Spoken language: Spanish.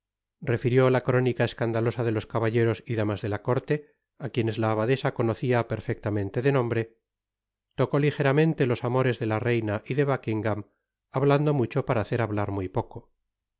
refirió la crónica escandalosa de los caballeros y damas de la corte á quienes la abadesa conocia perfectamente de nombre tocó ligeramente los amores de la reina y de buckingam hablando mucho para hacer hablar un poco